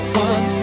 one